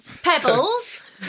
Pebbles